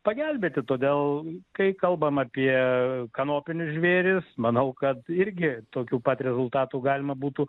pagelbėti todėl kai kalbam apie kanopinius žvėris manau kad irgi tokių pat rezultatų galima būtų